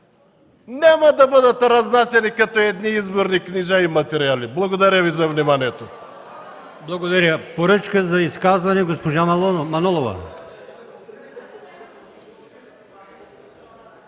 няма да бъдат разнасяни като изборни книжа и материали. Благодаря Ви за вниманието.